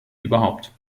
überhaupt